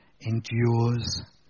endures